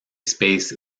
space